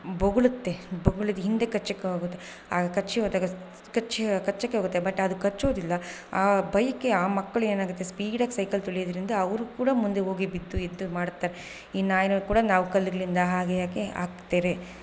ಬೊಗುಳುತ್ತೆ ಬೊಗಳಿದ್ದು ಹಿಂದೆ ಕಚ್ಚೋಕೆ ಹೋಗುತ್ತೆ ಕಚ್ಚಿ ಹೋದಾಗ ಕಚ್ಚಿ ಕಚ್ಚೋಕೆ ಹೋದಾಗ ಬಟ್ ಅದು ಕಚ್ಚುವುದಿಲ್ಲ ಆ ಬೈಕೆ ಆ ಮಕ್ಕಳ ಏನಾಗುತ್ತೆ ಸ್ಪೀಡ್ ಅಲ್ಲಿ ಸೈಕಲ್ ತುಳಿಯೋದರಿಂದ ಅವರು ಕೂಡ ಮುಂದೆ ಹೋಗಿ ಬಿದ್ದು ಎದ್ದು ಮಾಡುತ್ತೆ ಇನ್ನು ಆ ನಾಯಿ ನಾವು ಕಲ್ಲುಗಳಿಂದ ಹಾಗೇ ಹಾಕಿ ಹಾಕ್ತೇವೆ